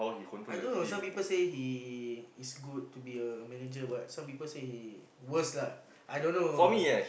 I don't know I don't know some people say he is good to be a manager but some people say he worse lah